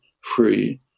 free